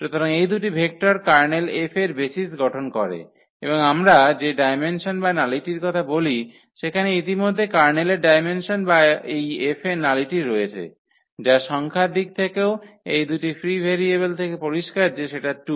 সুতরাং এই দুটি ভেক্টর কার্নেল 𝐹 এর বেসিস গঠন করে এবং আমরা যে ডাইমেনশন বা নালিটির কথা বলি সেখানে ইতিমধ্যে কার্নেলের ডায়মেনসন বা এই 𝐹 এর নালিটি রয়েছে যা সংখ্যার দিক থেকেও এই দুটি ফ্রি ভেরিয়েবল থেকে পরিষ্কার যে সেটা 2